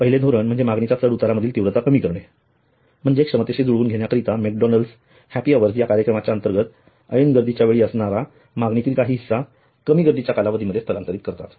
पहिले धोरण म्हणजे मागणीच्या चढउतारामधील तीव्रता कमी करणे म्हणजे क्षमतेशी जुळवून घेण्याकरिता मॅकडोनाल्ड्स हैप्पी अवर्स या कार्यक्रमाच्या अंतर्गत ऐन गर्दीच्या वेळी असणारा मागणीतील काही हिस्सा कमी गर्दीच्या कालावधीमध्ये स्थलांतरित करतात